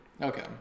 Okay